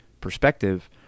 perspective